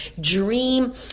dream